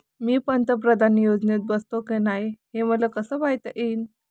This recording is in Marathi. मी पंतप्रधान योजनेत बसतो का नाय, हे मले कस पायता येईन?